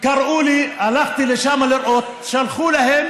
קראו לי, הלכתי לשם לראות, שלחו להם